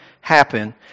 happen